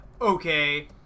okay